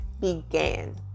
began